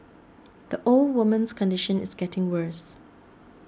the old woman's condition is getting worse